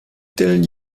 tell